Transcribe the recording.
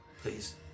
please